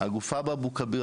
"הגופה באבו כביר",